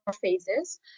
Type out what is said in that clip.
phases